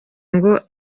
ngo